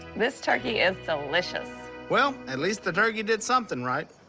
this turkey is delicious! well, atleast the turkey did something right.